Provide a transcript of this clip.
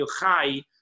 Yochai